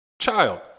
child